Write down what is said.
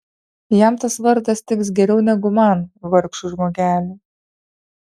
jam tas vardas tiks geriau negu man vargšui žmogeliui